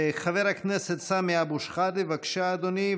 חבר הכנסת סמי אבו שחאדה, בבקשה, אדוני.